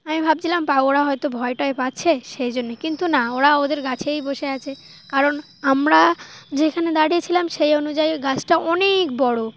আমি ভাবছিলাম বা ওরা হয়তো ভয়টাই পাচ্ছে সেই জন্যে কিন্তু না ওরা ওদের গাছেই বসে আছে কারণ আমরা যেখানে দাঁড়িয়েছিলাম সেই অনুযায়ী গাছটা অনেক বড়ো